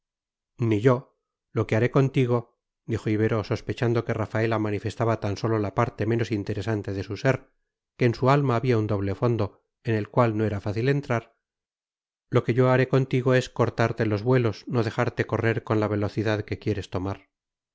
ni yo lo que haré contigo dijo ibero sospechando que rafaela manifestaba tan sólo la parte menos interesante de su ser que en su alma había un doble fondo en el cual no era fácil penetrar lo que yo haré contigo es cortarte los vuelos no dejarte correr con la velocidad que quieres tomar